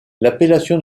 l’appellation